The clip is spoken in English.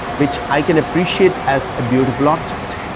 which i can appreciate as a beautiful object.